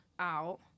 out